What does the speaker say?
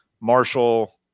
Marshall